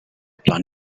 plan